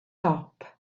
dop